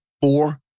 four